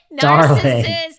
Narcissists